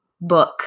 book